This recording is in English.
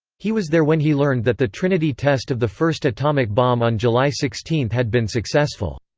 he was there when he learned that the trinity test of the first atomic bomb on july sixteen had been successful.